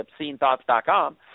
ObsceneThoughts.com